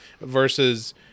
versus